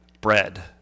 Bread